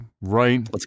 right